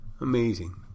Amazing